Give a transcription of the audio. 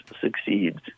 succeeds